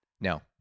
No